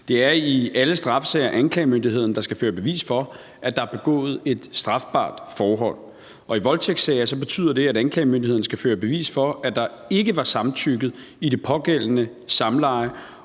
Det er i alle straffesager anklagemyndigheden, der skal føre bevis for, at der er begået et strafbart forhold. Og i voldtægtssager betyder det, at anklagemyndigheden skal føre bevis for, at der ikke var samtykket til det pågældende samleje,